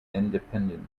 independent